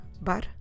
bar